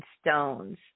stones